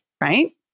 right